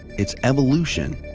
its evolution,